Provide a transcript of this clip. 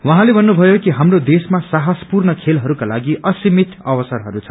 उहाँले भन्नुभयो कि हाम्रो देशमा साहसपूर्ण खेलहरूका लागि असिमित अवसरहरू छन्